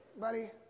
Buddy